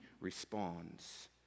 responds